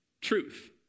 truth